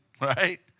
right